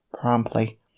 promptly